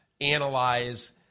analyze